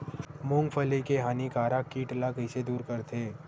मूंगफली के हानिकारक कीट ला कइसे दूर करथे?